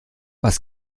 was